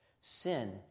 Sin